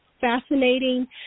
Fascinating